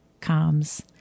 comes